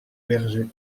berger